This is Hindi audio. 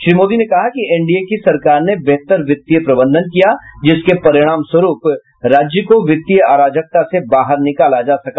श्री मोदी ने कहा कि एनडीए की सरकार ने बेहतर वित्तीय प्रबंधन किया जिसके परिणामस्वरूप राज्य को वित्तीय अराजकता से बाहर निकाला जा सका